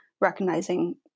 recognizing